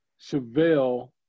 Chevelle